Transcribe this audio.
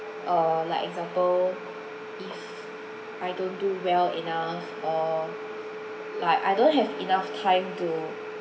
uh like example if I don't do well enough or like I don't have enough time to